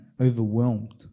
Overwhelmed